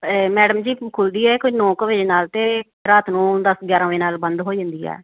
madam ji ਖੁੱਲ੍ਹਦੀ ਹੈ ਕੋਈ ਨੌਂ ਕੁ ਵਜੇ ਨਾਲ ਅਤੇ ਰਾਤ ਨੂੰ ਦਸ ਗਿਆਰਾਂ ਵਜੇ ਨਾਲ ਬੰਦ ਹੋ ਜਾਂਦੀ ਹੈ